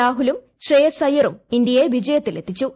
രാഹുലും ശ്രേയസ്സ് അയ്യറും ഇന്ത്യയെ വിജയത്തിൽ എത്തിച്ചു